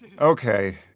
okay